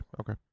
Okay